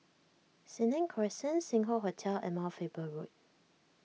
Senang Crescent Sing Hoe Hotel and Mount Faber Road